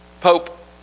Pope